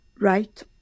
right